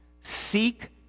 seek